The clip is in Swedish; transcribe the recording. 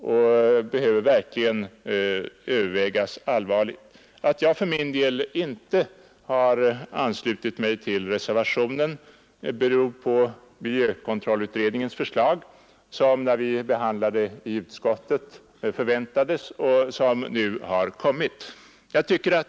De behöver verkligen övervägas allvarligt. Att jag inte anslutit mig till reservationen beror på miljök ontrollutredningens förslag. När vi behandlade detta ärende i utskottet väntade man att förslaget skulle komma snart. Och nu föreligger det ju.